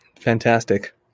Fantastic